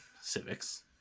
civics